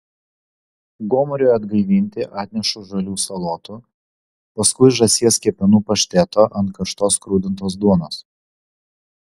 gomuriui atgaivinti atnešu žalių salotų paskui žąsies kepenų pašteto ant karštos skrudintos duonos